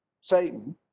Satan